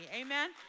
amen